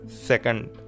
second